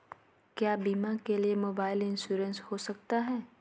क्या बीमा के लिए मोबाइल इंश्योरेंस हो सकता है?